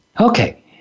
Okay